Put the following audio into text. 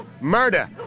murder